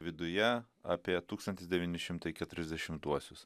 viduje apie tūkstantis devyni šimtai keturiasdešimtuosius